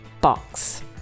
box